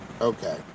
Okay